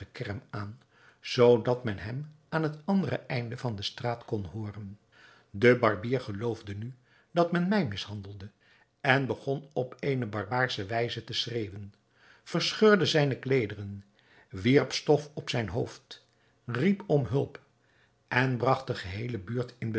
gekerm aan zoodat men hem aan het andere einde van de straat kon hooren de barbier geloofde nu dat men mij mishandelde en begon op eene barbaarsche wijze te schreeuwen verscheurde zijne kleederen wierp stof op zijn hoofd riep om hulp en bragt de geheele buurt in